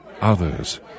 Others